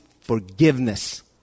forgiveness